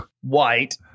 White